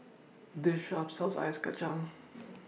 This Shop sells Ice Kacang